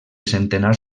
centenars